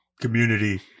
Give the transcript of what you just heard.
community